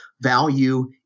value